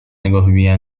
نگاهی